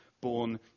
born